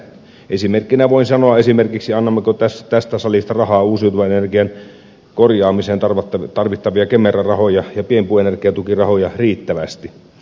esimerkkinä voin sanoa annammeko tästä salista rahaa uusiutuvan energian korjaamiseksi tarvittavia kemera rahoja ja pienpuuenergian tukirahoja riittävästi